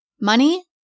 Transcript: Money